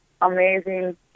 amazing